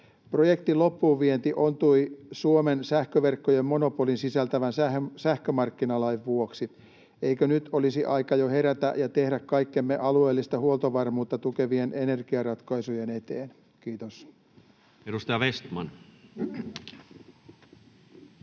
Projektin loppuunvienti ontui Suomen sähköverkkojen monopolin sisältävän sähkömarkkinalain vuoksi. Eikö nyt olisi aika jo herätä ja tehdä kaikkemme alueellista huoltovarmuutta tukevien energiaratkaisujen eteen? — Kiitos.